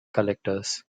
collectors